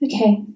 Okay